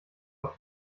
auf